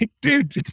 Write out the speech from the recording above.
Dude